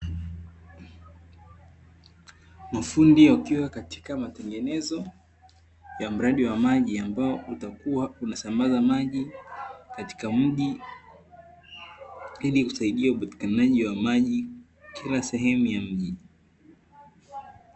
Mafundi wakiwa kwenye matengenezo ya mradi wa maji, ambao utakuwa unasambaza maji katika mji, ili kusaidia upatikanaji wa maji kila sehemu ya mji.